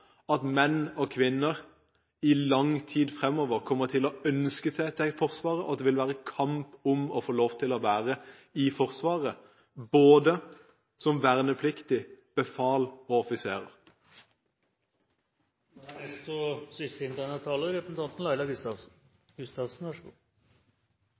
at menn og kvinner i lang tid fremover kommer til å ønske seg til Forsvaret, og at det vil være kamp om å få lov til å være i Forsvaret, både som vernepliktig, befal og offiser. Jeg tok ordet fordi representanten